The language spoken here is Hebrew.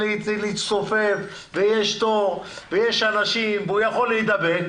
להצטופף שם בתור על יד אנשים כשהוא יכול להידבק.